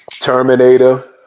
Terminator